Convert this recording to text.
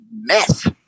mess